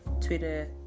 twitter